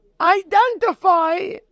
identify